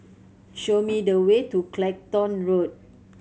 show me the way to Clacton Road